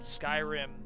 Skyrim